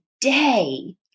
day